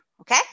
okay